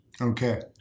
Okay